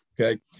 okay